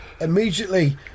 immediately